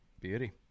Beauty